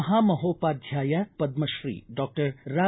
ಮಹಾಮಹೋಪಾಧ್ಯಾಯ ಪದ್ಧತ್ರೀ ಡಾಕ್ಟರ್ ರಾ